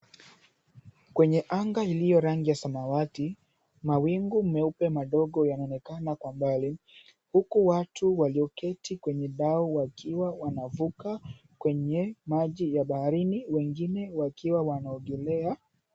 Kwenye anga iliyo rangi ya samawati, mawingu meupe madogo yanaonekana kwa umbali huku watu walioketi kwenye dau wakiwa wanavuka kwenye maji ya baharini wengine wakiwa wanaogelea.